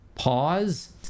Pause